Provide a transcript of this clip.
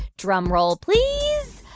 drum roll, please.